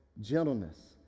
gentleness